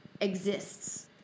exists